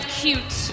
cute